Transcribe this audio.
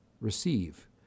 receive